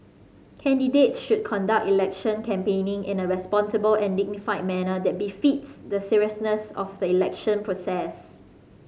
candidates should conduct election campaigning in a responsible and dignified manner that befits the seriousness of the election process